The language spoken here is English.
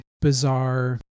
bizarre